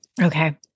Okay